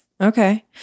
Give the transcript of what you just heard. Okay